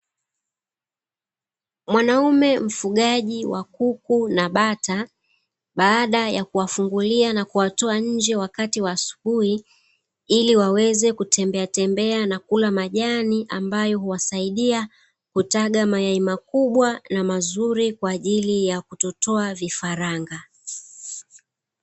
Mwanaume mfugaji wa kuku na bata baada ya kuwafungulia na kuwatoa nje wakati wa asubuhi, ili waweze kutembea tembea na kula majani ambayo huwasaidia kutaga mayai makubwa na mazuri kwa ajili ya kutotoa vifaranga.